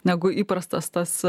negu įprastas tas